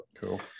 Cool